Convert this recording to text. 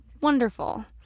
wonderful